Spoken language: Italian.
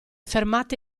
fermate